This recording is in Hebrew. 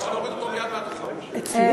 היית צריכה להוריד אותו מייד מהדוכן, אצלי?